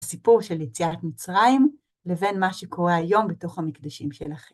הסיפור של יציאת מצרים, לבין מה שקורה היום בתוך המקדשים שלכם.